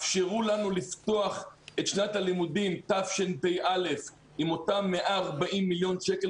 אפשרו לנו לפתוח את שנת הלימודים תשפ"א עם אותם 140 מיליון שקל